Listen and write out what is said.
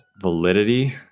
validity